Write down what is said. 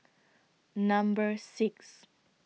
Number six